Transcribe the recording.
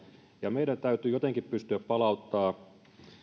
ja meidän täytyy jotenkin pystyä palauttamaan